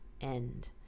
end